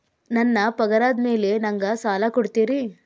ನನ್ನ ಪಗಾರದ್ ಮೇಲೆ ನಂಗ ಸಾಲ ಕೊಡ್ತೇರಿ?